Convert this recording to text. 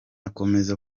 akomeza